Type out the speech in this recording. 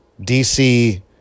DC